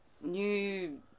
New